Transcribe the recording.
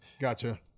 Gotcha